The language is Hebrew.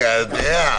אני יודע.